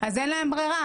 אז אין להם ברירה,